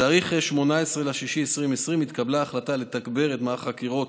בתאריך 18 ביוני 2020 התקבלה החלטה לתגבר את מערך החקירות